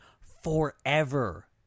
forever